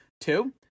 Two